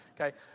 Okay